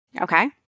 Okay